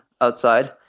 outside